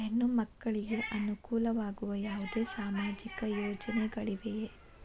ಹೆಣ್ಣು ಮಕ್ಕಳಿಗೆ ಅನುಕೂಲವಾಗುವ ಯಾವುದೇ ಸಾಮಾಜಿಕ ಯೋಜನೆಗಳಿವೆಯೇ?